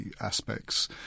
aspects